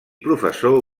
professor